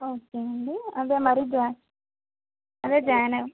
okay అండీ అదే మరి జా అదే జాయిన్